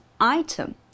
item